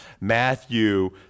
Matthew